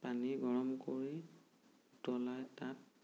পানী গৰম কৰি উতলাই তাত